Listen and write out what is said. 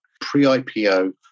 pre-IPO